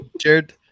Jared